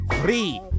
free